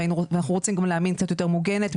ואנחנו רוצים גם להאמין שקצת יותר מוגנת,